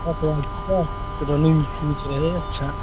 running shoes रहे अच्छा